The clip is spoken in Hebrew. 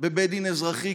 בבית דין אזרחי,